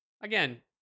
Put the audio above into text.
again